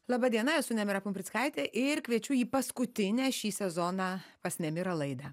laba diena esu nemira pumprickaitė ir kviečiu į paskutinę šį sezoną pas nemirą laidą